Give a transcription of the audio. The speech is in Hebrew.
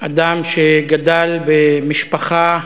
אדם שגדל במשפחה שסבלה,